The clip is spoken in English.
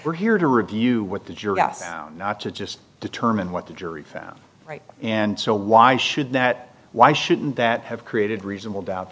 we're here to review what the jury asked not to just determine what the jury found right and so why should that why shouldn't that have created reasonable doubt